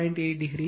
8 degree